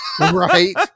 right